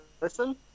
listen